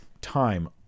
time